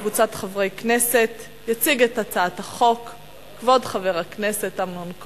אני קובעת שהצעת חוק העסקת עובדים על-ידי קבלני כוח-אדם (תיקון מס' 8)